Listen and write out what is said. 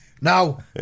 Now